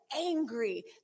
Angry